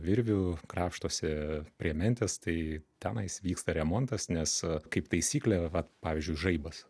virvių krapštosi prie mentės tai tenais vyksta remontas nes kaip taisyklė vat pavyzdžiui žaibas